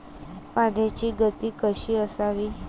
पाण्याची गती कशी असावी?